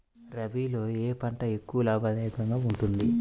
రబీలో ఏ పంట ఎక్కువ లాభదాయకంగా ఉంటుంది?